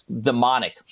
demonic